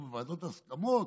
כשהיינו בוועדות הסכמות,